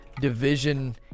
Division